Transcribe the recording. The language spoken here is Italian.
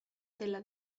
della